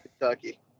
Kentucky